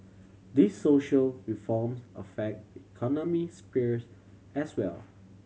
these social reforms affect the economic spheres as well